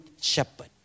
Shepherd